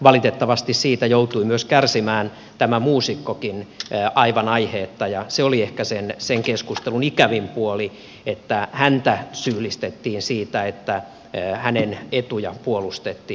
valitettavasti siitä joutui myös kärsimään tämä muusikkokin aivan aiheetta ja se oli ehkä sen keskustelun ikävin puoli että häntä syyllistettiin siitä että hänen etujaan puolustettiin